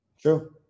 True